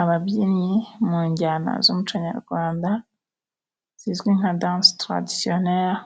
Ababyinnyi mu njyana z'umuco nyarwanda zizwi nka danse taradisiyoneri,